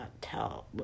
tell